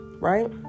right